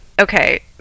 okay